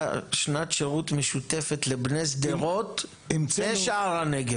שנת שירות משותפת לבני שדרות ושער הנגב.